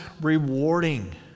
rewarding